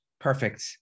Perfect